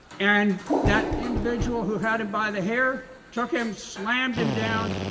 and that individual who had him by the hair took him, slammed him down,